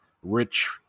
rich